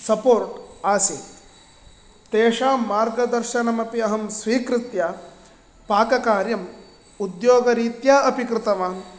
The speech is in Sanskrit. सपोर्ट् आसीत् तेषां मार्गदर्शनमपि अहं स्वीकृत्य पाककार्यं उद्योगरीत्या अपि कृतवान्